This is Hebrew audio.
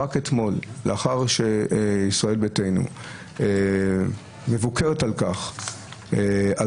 רק אתמול לאחר שישראל ביתנו מבוקרת על כך שהיא